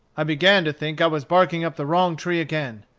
i began to think i was barking up the wrong tree again.